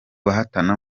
bahatana